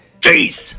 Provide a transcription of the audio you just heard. Jeez